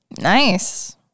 Nice